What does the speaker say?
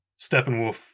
Steppenwolf